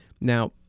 now